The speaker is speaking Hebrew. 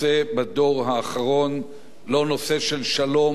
לא נושא של שלום ולא נושא של מלחמה,